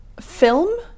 film